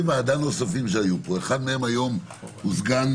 ועדה נוספים שהיו פה אחד מהם היום הוא סגן